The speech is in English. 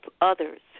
others